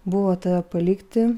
buvo tave palikti